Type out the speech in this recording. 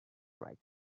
right